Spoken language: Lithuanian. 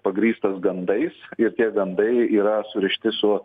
pagrįstas gandais ir tie gandai yra surišti su